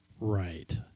Right